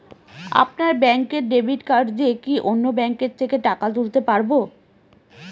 আপনার ব্যাংকের debit card দিয়ে কি অন্য ব্যাংকের থেকে টাকা তুলতে পারবো?